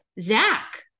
Zach